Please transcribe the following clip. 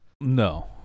no